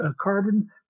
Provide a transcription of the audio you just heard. carbon